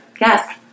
yes